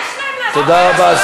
תודה רבה.